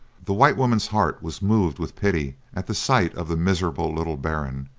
the white woman's heart was moved with pity at the sight of the miserable little bairn.